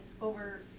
over